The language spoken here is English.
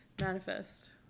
Manifest